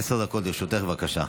עשר דקות לרשותך, בבקשה.